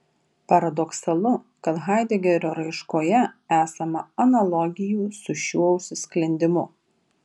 paradoksalu kad haidegerio raiškoje esama analogijų su šiuo užsisklendimu